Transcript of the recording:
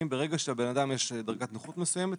ברגע שלבן אדם יש דרגת נכות מסוימת,